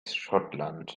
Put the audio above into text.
schottland